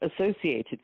associated